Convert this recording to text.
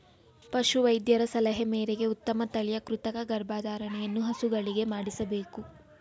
ಪಶು ವೈದ್ಯರ ಸಲಹೆ ಮೇರೆಗೆ ಉತ್ತಮ ತಳಿಯ ಕೃತಕ ಗರ್ಭಧಾರಣೆಯನ್ನು ಹಸುಗಳಿಗೆ ಮಾಡಿಸಬೇಕು